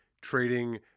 trading